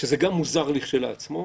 שזה גם מוזר לכשעצמו,